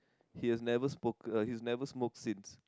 he was never smoke he has never smoked since